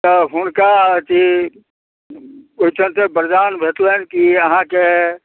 तऽ हुनका अथी ओहिठाम तऽ वरदान भेटलनि कि अहाँकेँ